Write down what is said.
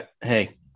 hey